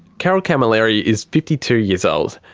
carol camilleri is fifty two years old.